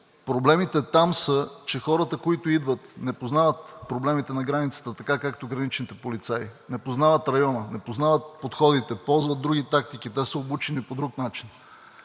проблемите там са, че хората, които идват, не познават проблемите на границата така, както граничните полицаи – не познават района, не познават подходите, ползват други тактики, те са обучени по друг начин.